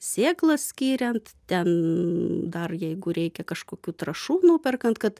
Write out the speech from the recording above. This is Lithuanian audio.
sėklas skiriant ten dar jeigu reikia kažkokių trąšų nuperkant kad